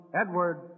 Edward